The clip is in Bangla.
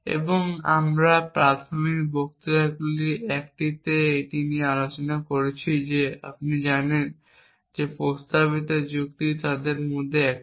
এবং আমরা প্রাথমিক বক্তৃতাগুলির একটিতে এটি নিয়ে আলোচনা করেছি যে আপনি জানেন যে প্রস্তাবনা যুক্তি তাদের মধ্যে একটি